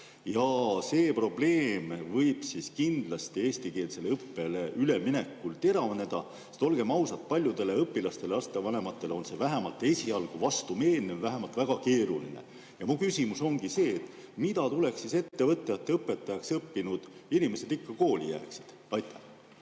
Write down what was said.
See probleem võib kindlasti eestikeelsele õppele üleminekul teravneda, sest olgem ausad, paljudele õpilastele ja lapsevanematele on see vähemalt esialgu vastumeelne või vähemalt väga keeruline. Mu küsimus ongi see: mida tuleks ette võtta, et õpetajaks õppinud inimesed ikka kooli jääksid? Tänan